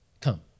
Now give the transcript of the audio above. come